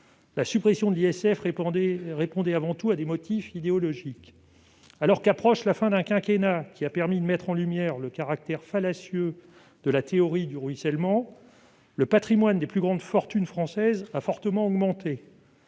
La suppression de l'ISF répondait avant tout à des motifs idéologiques. Alors qu'approche la fin d'un quinquennat qui a permis de mettre en lumière le caractère fallacieux de la théorie du ruissellement, le patrimoine des plus grandes fortunes françaises a fortement augmenté.